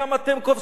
אתם כובשים.